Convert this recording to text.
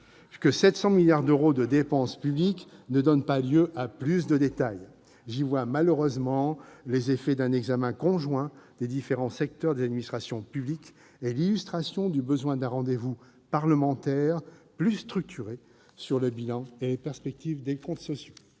cela fait beaucoup de « pognon »!- ne donnent pas lieu à plus de détails. J'y vois, malheureusement, les effets d'un examen conjoint des différents secteurs des administrations publiques et l'illustration du besoin d'un rendez-vous parlementaire plus structuré sur le bilan et les perspectives des comptes sociaux.